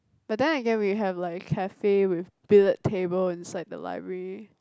but then again we can like have cafe with billiard table inside the library